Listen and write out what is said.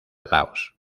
laos